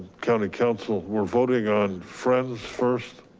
county counsel we're voting on friend's first?